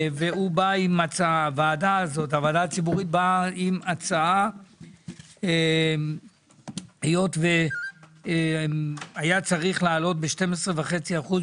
באה עם הצעה שבמקום שהשכר יעלה ב-12.5%,